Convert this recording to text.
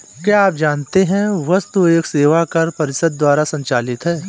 क्या आप जानते है वस्तु एवं सेवा कर परिषद द्वारा संचालित है?